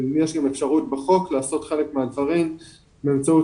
בחוק יש אפשרות לעשות חלק מהדברים באמצעות